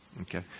Okay